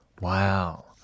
wow